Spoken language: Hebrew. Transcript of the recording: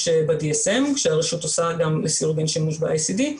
ב-DSM כשהרשות עושה גם לסירוגין שימוש ב-ICD,